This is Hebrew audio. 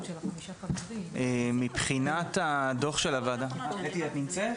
אתי, את נמצאת?